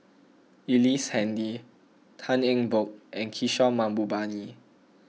Ellice Handy Tan Eng Bock and Kishore Mahbubani